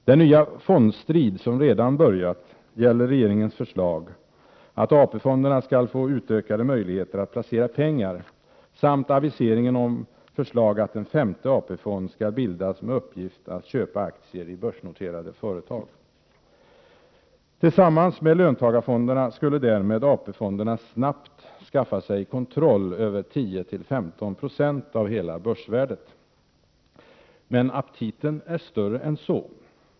Den nya fondstrid som redan börjat gäller regeringens förslag att AP-fonderna skall få utökade möjligheter att placera pengar samt aviseringen om förslag att en femte AP-fond skall bildas med uppgift att köpa aktier i börsnoterade företag. Tillsammans med löntagarfonderna skulle därmed AP-fonderna snabbt skaffa sig kontroll över 10—15 96 av hela börsvärdet. Men aptiten är större än så.